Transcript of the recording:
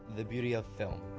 the beauty of film.